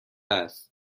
است